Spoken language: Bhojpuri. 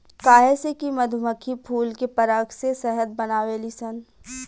काहे से कि मधुमक्खी फूल के पराग से शहद बनावेली सन